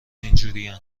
اینجورین